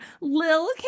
Lil